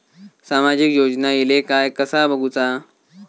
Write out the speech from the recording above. सामाजिक योजना इले काय कसा बघुचा?